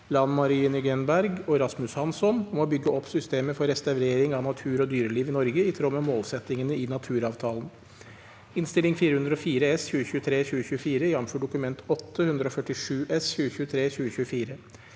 Lan Marie Nguyen Berg og Rasmus Hansson om å bygge opp systemet for restaurering av natur og dyreliv i Norge i tråd med målsettingene i naturavtalen (Innst. 404 S (2023–2024), jf. Dokument 8:147 S (2023–2024))